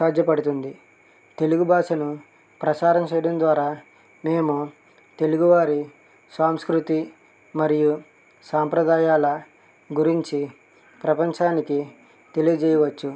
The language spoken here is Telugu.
సాధ్యపడుతుంది తెలుగు భాషను ప్రచారం చేయడం ద్వారా మేము తెలుగువారి సంస్కృతి మరియు సాంప్రదాయాల గురించి ప్రపంచానికి తెలియజేయవచ్చు